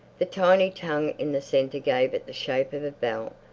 the tiny tongue in the centre gave it the shape of a bell.